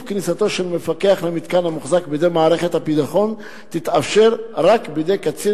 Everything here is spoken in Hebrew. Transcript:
כניסתו של מפקח למתקן המוחזק בידי מערכת הביטחון יתאפשר רק בידי קצין